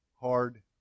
hard